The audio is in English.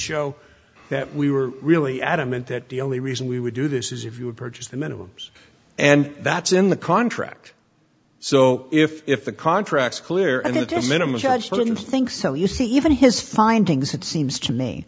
show that we were really adamant that the only reason we would do this is if you had purchased the minimum and that's in the contract so if if the contracts clear and it is a minimum judge didn't think so you see even his findings it seems to me